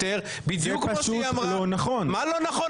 הזה אנחנו לא צריכים לתת ציונים למישהו אחר,